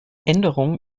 änderungen